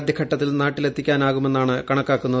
ആദ്യ ഘട്ടത്തിൽ നാട്ടിലെത്തിക്കാനാകുമെന്നാണ്ട് കുണക്കാക്കുന്നത്